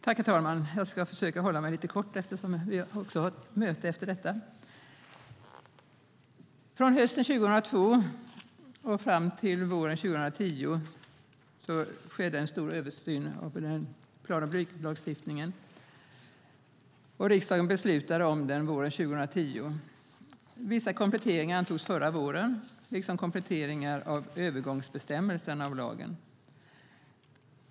Herr talman! Jag ska försöka hålla mig lite kort, eftersom vi också har ett möte efter detta. Från hösten 2002 och fram till våren 2010 skedde en stor översyn av plan och bygglagstiftningen, och riksdagen beslutade om den våren 2010. Vissa kompletteringar antogs förra våren, liksom kompletteringar av övergångsbestämmelserna till lagen.